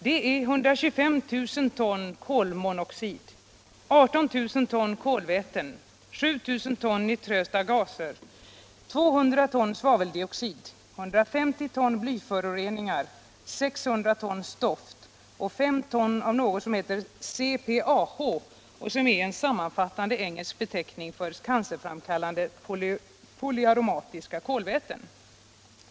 Det är 125 000 ton kolmonoxid, 18 000 ton kolväten, 7 000 ton nitrösa gaser, 200 ton svaveldioxid, 150 ton blyföroreningar, 600 ton stoft och 5 ton av något som kallas CPAH, som är en sammanfattande engelsk beteckning för cancerframkallande polyaromatiska kolväten.